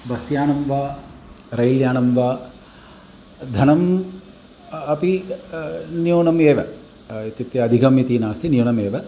bus यानं वा rail यानं वा धनम् अपि न्यूनमेव इत्युक्ते अधिकमिति नास्ति न्यूनमेव